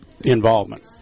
involvement